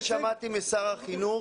את זה שמעתי משר החינוך.